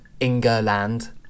Ingerland